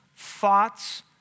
thoughts